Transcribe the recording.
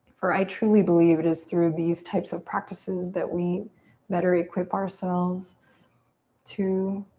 for i truly believe it is through these types of practices that we better equip ourselves to